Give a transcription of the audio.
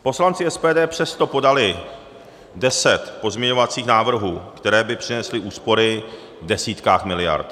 Poslanci SPD přesto podali 10 pozměňovacích návrhů, které by přinesly úspory v desítkách miliard.